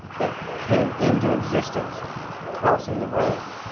that came into existence crossing the road,